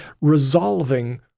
resolving